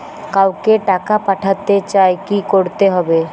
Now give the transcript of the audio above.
কাউকে টাকা পাঠাতে চাই কি করতে হবে?